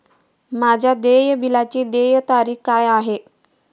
माझ्या देय बिलाची देय तारीख काय आहे?